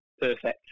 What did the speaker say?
Perfect